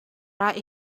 right